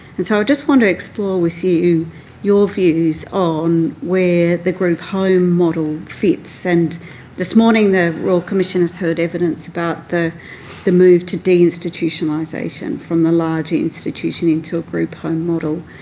and so i just want to explore with you your views on where the group home model fits. and this morning the royal commission has heard evidence about the the move to deinstitutionalisation from the large institution into a group home model.